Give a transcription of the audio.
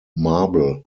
marble